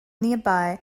nearby